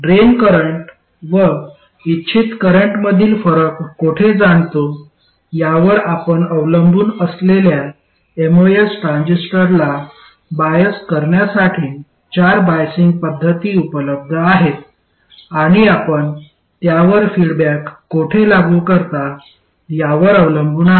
drain current व इच्छित करंटमधील फरक कोठे जाणतो यावर आपण अवलंबून असलेल्या एमओएस ट्रान्झिस्टरला बायज करण्यासाठी चार बाईजिंग पद्धती उपलब्ध आहेत आणि आपण त्यावर फीडबॅक कोठे लागू करता यावर अवलंबून आहेत